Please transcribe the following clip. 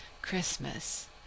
Christmas